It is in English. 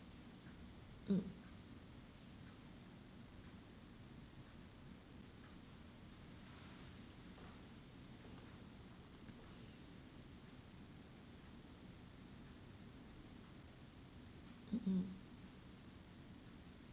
mm mm mm